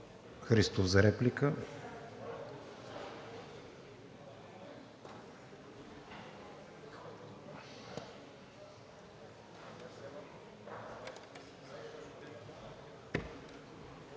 Христов, за реплика.